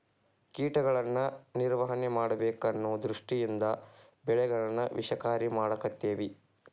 ಕೇಟಗಳನ್ನಾ ನಿರ್ವಹಣೆ ಮಾಡಬೇಕ ಅನ್ನು ದೃಷ್ಟಿಯಿಂದ ಬೆಳೆಗಳನ್ನಾ ವಿಷಕಾರಿ ಮಾಡಾಕತ್ತೆವಿ